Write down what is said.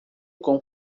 com